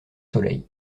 soleil